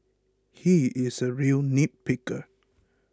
he is a real nitpicker